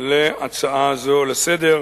על הצעה זו לסדר-היום.